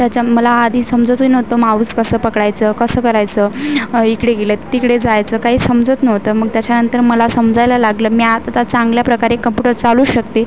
त्याच्या मला आधी समजतही नव्हतं माऊस कसं पकडायचं कसं करायचं इकडे गेलं तिकडे जायचं काही समजत नव्हतं मग त्याच्यानंतर मला समजायला लागलं मी आता चांगल्या प्रकारे कंपुटर चालवू शकते